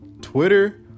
Twitter